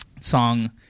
song